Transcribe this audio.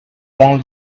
warn